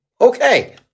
Okay